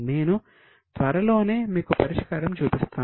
నేను త్వరలోనే మీకు పరిష్కారం చూపిస్తాను